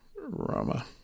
Rama